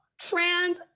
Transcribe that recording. trans